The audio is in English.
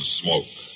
smoke